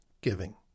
giving